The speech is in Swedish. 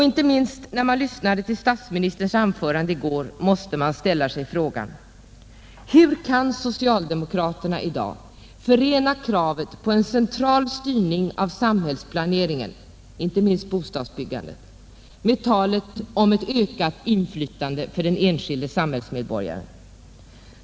Inte minst när man lyssnade till statsministerns anförande i går måste man ställa sig frågan: Hur kan socialdemokraterna i dag förena kravet på en central styrning av samhällsplaneringen — inte minst bostadsbyggandet — med talet om ett ökat inflytande för den enskilde samhällsmedborgaren?